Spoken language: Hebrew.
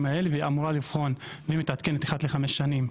האלה והיא אמורה לבחון והיא מתעדכנת אחת לחמש שנים,